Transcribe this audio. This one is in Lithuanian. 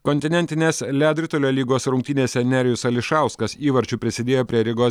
kontinentinėse ledo ritulio lygos rungtynėse nerijus ališauskas įvarčiu prisidėjo prie rygos